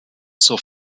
zur